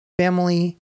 family